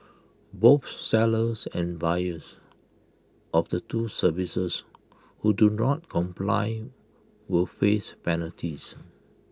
both sellers and buyers of the two services who do not comply will face penalties